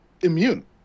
immune